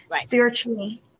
spiritually